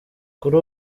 kuri